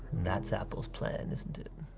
that's apple's plan, isn't it?